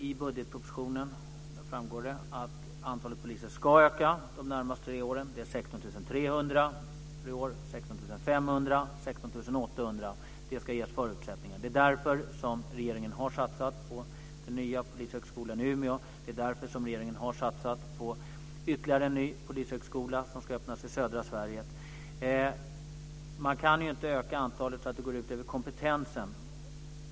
I budgetpropositionen framgår det att antalet poliser ska öka de närmaste tre åren. Det är 16 300 i år, sedan 16 500 och 16 800. Det ska ges förutsättningar för det. Det är därför som regeringen har satsat på den nya polishögskolan i Umeå och det är därför som regeringen har satsat på ytterligare en ny polishögskola som ska öppnas i södra Sverige. Man kan inte öka antalet så att det går ut över kompetensen.